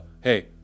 hey